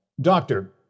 Doctor